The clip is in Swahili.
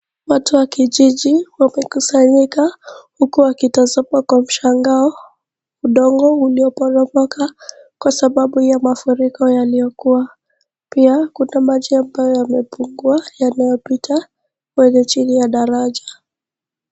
Watu wa kijiji wamekusanyika huku wakitazama kwa mshangao udongo ulioporomoka kwa sababu ya mafuriko yaliyokuwa pia kuna maji ambayo yamepungua yanayopita chini ya daraja.